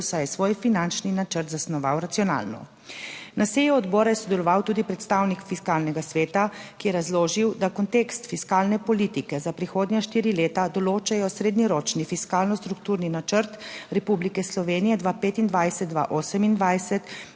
saj je svoj finančni načrt zasnoval racionalno. Na seji odbora je sodeloval tudi predstavnik Fiskalnega sveta, ki je razložil, da kontekst fiskalne politike za prihodnja štiri leta določajo srednjeročni fiskalno strukturni načrt Republike Slovenije 2025-2028